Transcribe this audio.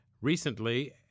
Recently